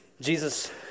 Jesus